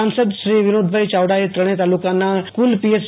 સાંસદશ્રી વિનોદભાઇ ચાવડાએ ત્રણેય તાલુકાના કુલ પીએચ